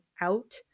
out